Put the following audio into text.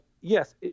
yes